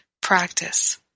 practice